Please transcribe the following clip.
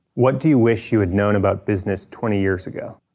what do you wish you had known about business twenty years ago?